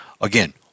Again